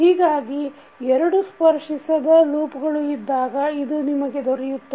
ಹೀಗಾಗಿ ಎರಡು ಸ್ಪರ್ಶಿಸದ ಲೂಪ್ಗಳು ಇದ್ದಾಗ ಇದು ನಿಮಗೆ ದೊರೆಯುತ್ತದೆ